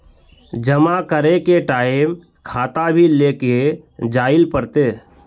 जमा करे के टाइम खाता भी लेके जाइल पड़ते?